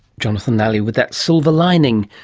jonathan nally with that silver lining.